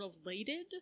related